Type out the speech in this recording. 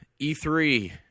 E3